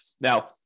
Now